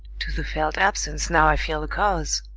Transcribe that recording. to the felt absence now i feel a cause